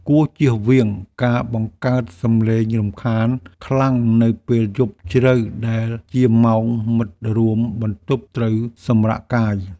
គួរជៀសវាងការបង្កើតសម្លេងរំខានខ្លាំងនៅពេលយប់ជ្រៅដែលជាម៉ោងមិត្តរួមបន្ទប់ត្រូវសម្រាកកាយ។